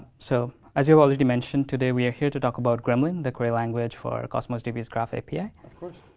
so, as you already mentioned, today we are here to talk about gremlin, the query language for cosmos db's graph api. of course.